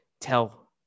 tell